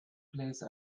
place